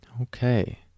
Okay